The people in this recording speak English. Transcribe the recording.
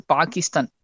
Pakistan